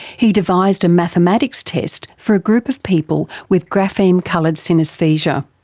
he devised a mathematics test for a group of people with grapheme coloured synaesthesia.